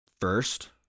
first